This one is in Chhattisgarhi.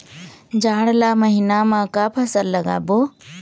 जाड़ ला महीना म का फसल लगाबो?